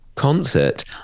concert